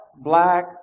black